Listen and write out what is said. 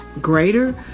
greater